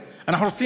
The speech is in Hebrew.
אנחנו לא נהגר.